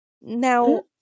Now